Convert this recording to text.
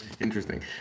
Interesting